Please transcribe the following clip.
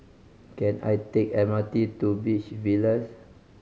can I take M R T to Beach Villas